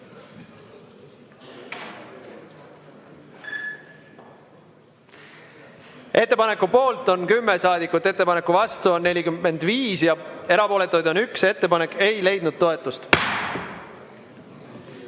Ettepaneku poolt on 10 saadikut, ettepaneku vastu on 45 ja erapooletuid on üks. Ettepanek ei leidnud toetust.